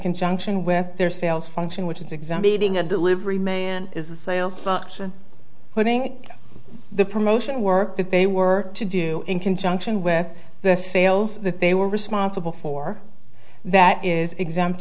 conjunction with their sales function which is exam beating a delivery man is a sales putting the promotion work that they work to do in conjunction with the sales that they were responsible for that is exempt